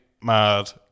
mad